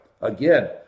Again